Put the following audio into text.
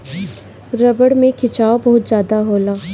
रबड़ में खिंचाव बहुत ज्यादा होला